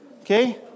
Okay